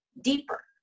deeper